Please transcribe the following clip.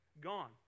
gone